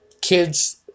kids